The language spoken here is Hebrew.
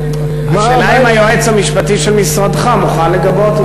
השאלה היא אם היועץ המשפטי של משרדך מוכן לגבות את זה.